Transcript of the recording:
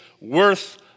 worth